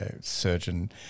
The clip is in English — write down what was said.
surgeon